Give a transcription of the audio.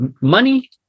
money